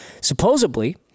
supposedly